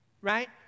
Right